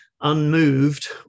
unmoved